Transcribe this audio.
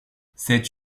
cette